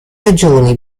ragioni